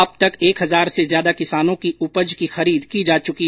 अब तक एक हजार से ज्यादा किसानों की उपज की खरीद की जा चुकी है